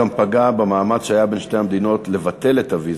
זה פגע במאמץ שהיה בין שתי המדינות לבטל את הוויזות.